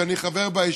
שאני חבר בה,